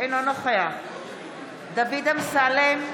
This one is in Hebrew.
אינו נוכח דוד אמסלם,